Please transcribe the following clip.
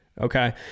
okay